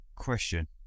question